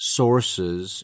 sources